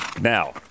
Now